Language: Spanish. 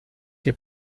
que